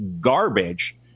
garbage